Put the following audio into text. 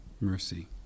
mercy